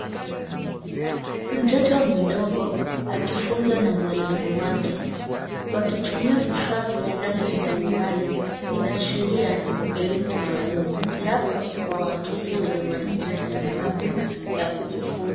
Mtoto mdogo akifunza na mwalimu wake, wakitumia vifaa vya rangi mbalimbali, inaashiria elimu maalum, labda kwa wototo wenye mahitaji maalum, ya kujifunza.